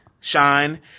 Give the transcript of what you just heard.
Shine